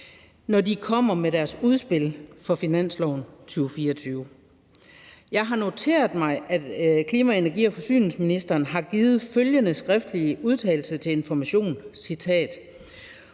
når de kommer med deres udspil for finansloven 2024. Jeg har noteret mig, at klima-, energi- og forsyningsministeren har givet følgende skriftlige udtalelse til Information, citat: